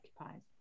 occupies